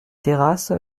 terrasse